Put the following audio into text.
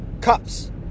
cups